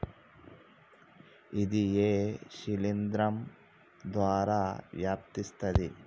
ఇది ఏ శిలింద్రం ద్వారా వ్యాపిస్తది?